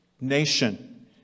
nation